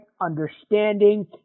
understanding